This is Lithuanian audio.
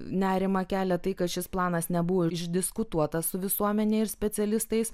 nerimą kelia tai kad šis planas nebuvo išdiskutuotas su visuomene ir specialistais